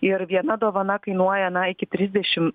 ir viena dovana kainuoja na iki trisdešim